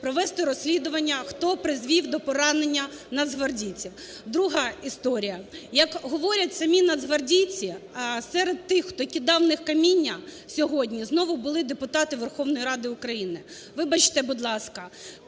провести розслідування, хто призвів до пораненнянацгвардійців. Друга історія. Як говорять самінацгвардійці, серед тих, хто кидав в них каміння сьогодні, знову були депутати Верховної Ради України. Вибачте, будь ласка,